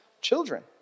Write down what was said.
Children